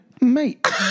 mate